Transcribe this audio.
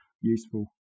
useful